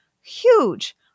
huge